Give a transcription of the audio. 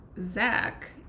zach